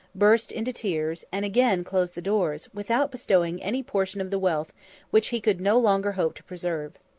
burst into tears, and again closed the doors, without bestowing any portion of the wealth which he could no longer hope to preserve.